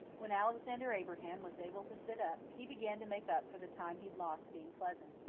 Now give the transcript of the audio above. when alexander abraham was able to sit up, he began to make up for the time he'd lost being pleasant.